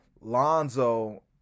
Lonzo